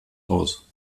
aus